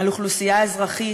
על אוכלוסייה אזרחית,